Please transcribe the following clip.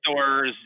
stores